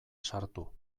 sartu